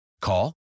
Call